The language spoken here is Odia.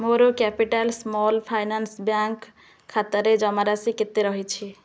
ମୋର କ୍ୟାପିଟାଲ୍ ସ୍ମଲ୍ ଫାଇନାନ୍ସ୍ ବ୍ୟାଙ୍କ୍ ଖାତାରେ ଜମାରାଶି କେତେ ରହିଛି